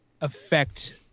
affect